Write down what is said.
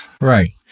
Right